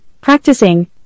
practicing